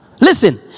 Listen